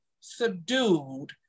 subdued